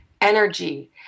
energy